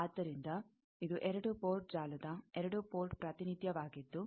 ಆದ್ದರಿಂದ ಇದು ಎರಡು ಪೋರ್ಟ್ ಜಾಲದ ಎರಡು ಪೋರ್ಟ್ ಪ್ರಾತಿನಿಧ್ಯವಾಗಿದ್ದು